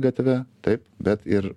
gatve taip bet ir